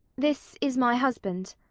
this is my husband.